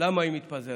למה היא מתפזרת.